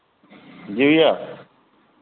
जी भैया